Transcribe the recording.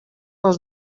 nas